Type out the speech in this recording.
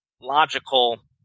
logical